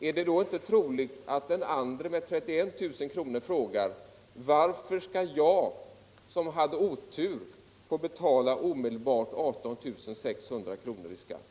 Är det då inte troligt att den som får en vinst på bara 31 000 kr. frågar: Varför skall jag som hade otur få betala 18 600 kr. omedelbart i skatt?